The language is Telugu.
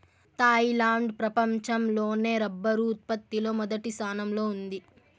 థాయిలాండ్ ప్రపంచం లోనే రబ్బరు ఉత్పత్తి లో మొదటి స్థానంలో ఉంది